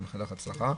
אני מאחל לך הצלחה.